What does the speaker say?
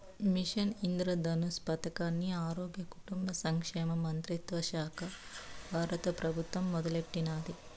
machine Indradhanush పదకాన్ని ఆరోగ్య, కుటుంబ సంక్షేమ మంత్రిత్వశాక బారత పెబుత్వం మొదలెట్టినాది